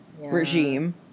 regime